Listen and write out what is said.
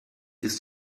ist